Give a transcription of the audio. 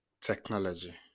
Technology